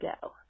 go